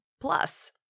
plus